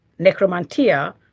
necromantia